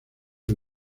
del